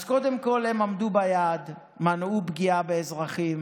אז קודם כול הם עמדו ביעד הם מנעו פגיעה באזרחים.